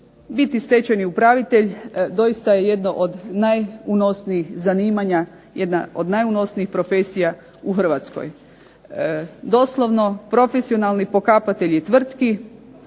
Biti stečajni upravitelj doista je jedno od najunosnijih zanimanja, jedna od najunosnijih profesija u Hrvatskoj. Doslovno profesionalni pokapatelji tvrtki,